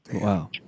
Wow